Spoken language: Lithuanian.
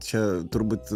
čia turbūt